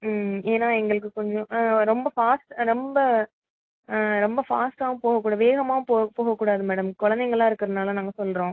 ம் ஏன்னா எங்களுக்கு கொஞ்சம் ரொம்ப ஃபாஸ்ட் ரொம்ப ரொம்ப ஃபாஸ்ட்டாகவும் போகக்கூடாது வேகமாகவும் போக போகக்கூடாது மேடம் குழந்தைங்கள்லாம் இருக்கிறதுனால நாங்கள் சொல்கிறோம்